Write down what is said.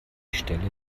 stelle